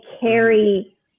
carry